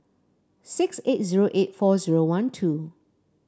six eight zero eight four zero one two